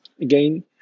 Again